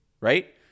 right